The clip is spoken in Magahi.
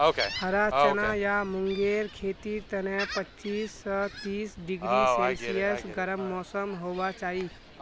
हरा चना या मूंगेर खेतीर तने पच्चीस स तीस डिग्री सेल्सियस गर्म मौसम होबा चाई